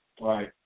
Right